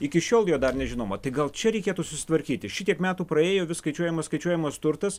iki šiol jo dar nežinoma tik gal čia reikėtų susitvarkyti šitiek metų praėjo vis skaičiuojamas skaičiuojamas turtas